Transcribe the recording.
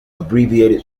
abbreviated